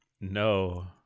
No